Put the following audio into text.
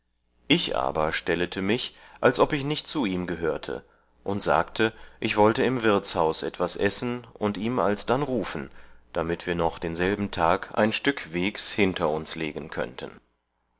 ich aber stellete mich als ob ich nicht zu ihm gehörte und sagte ich wollte im wirtshaus etwas essen und ihm alsdann rufen damit wir noch denselben tag ein stück wegs hinter sich legen könnten